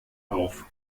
auf